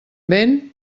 vent